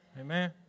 amen